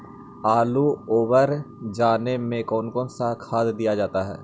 आलू ओवर जाने में कौन कौन सा खाद दिया जाता है?